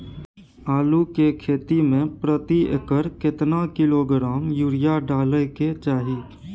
आलू के खेती में प्रति एकर केतना किलोग्राम यूरिया डालय के चाही?